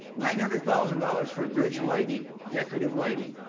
nine hundred thousand dollars for bridge lighting, decorative lighting.